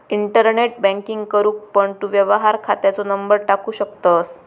internet banking करूक पण तू व्यवहार खात्याचो नंबर टाकू शकतंस